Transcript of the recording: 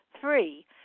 Three